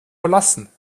verlassen